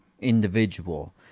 individual